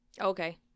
Okay